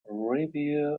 review